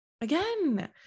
again